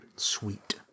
Sweet